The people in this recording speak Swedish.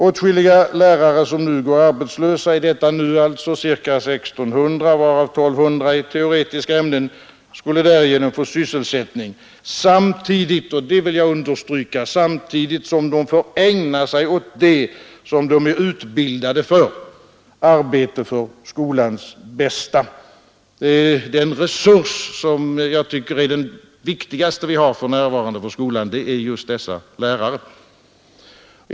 Åtskilliga lärare som nu går arbetslösa — ca 1 600, varav att bereda arbetslösa lärare sysselsättning inom skolan 1 200 i teoretiska ämnen — skulle därigenom få sysselsättning samtidigt som de kan ägna sig åt det som de är utbildade för: arbete för skolans bästa. Den viktigaste resurs skolan för närvarande har är just dessa lärare.